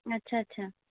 अच्छा अच्छा